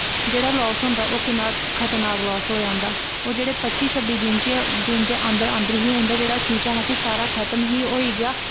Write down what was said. जेह्ड़ा लास होंदा ओह् किन्ना खतरनाक लास होएआ उं'दा होर जेह्ड़े पच्ची छब्बी दिन च ई दिन दे अंदर ही जेह्ड़ी उं'दा चूचा हा कि सारा खतम ही होई गेआ